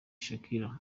shakira